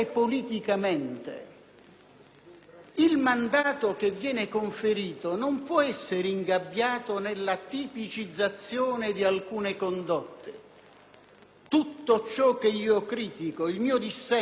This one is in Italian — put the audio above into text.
Il mandato che viene conferito non può essere ingabbiato nella tipicizzazione di alcune condotte. Tutto ciò che io critico, il mio dissenso a volte esasperato,